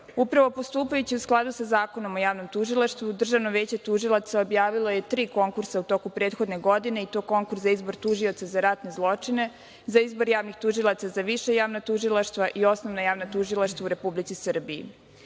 postupajući u skladu sa Zakonom o javnom tužilaštvu Državno veće tužilaca objavilo je tri konkursa u toku prethodne godine i to konkurs za izbor Tužioca za ratne zločine, za izbor javnih tužilaca za viša javna tužilaštva i osnovna javna tužilaštva u Republici Srbiji. Prvi